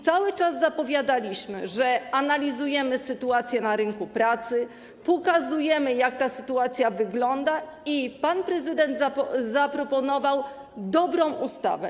Cały czas zapowiadaliśmy, że analizujemy sytuację na rynku pracy, pokazujemy, jak ta sytuacja wygląda, i pan prezydent zaproponował dobrą ustawę.